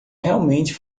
realmente